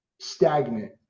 stagnant